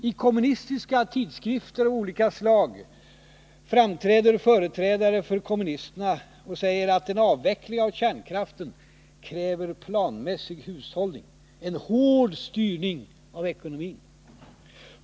I kommunistiska tidskrifter av olika slag framträder företrädare för kommunisterna och säger att en avveckling av kärnkraften kräver planmässig hushållning, en hård styrning av ekonomin.